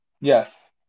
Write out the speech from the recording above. Yes